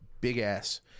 big-ass